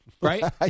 Right